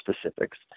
specifics